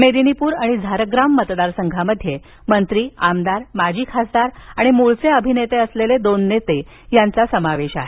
मेदिनीपूर आणि झारग्राम मतदार संघामध्ये मंत्री आमदार माजी खासदार आणि मूळचे अभिनेते असलेले दोन नेते यांचा समावेश आहे